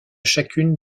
chacune